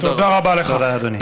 תודה, אדוני.